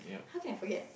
how can I forget